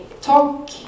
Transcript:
talk